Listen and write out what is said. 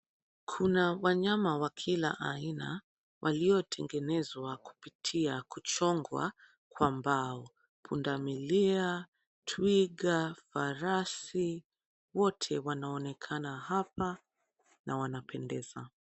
Kuna wanyama wa kila aina, waliotengenezwa kupitia kuchongwa ama mbao. Pundamilia ,twiga, farasi, wote wanaonekana hapa na wanapendeza.